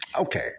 Okay